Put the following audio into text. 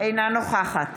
אינה נוכחת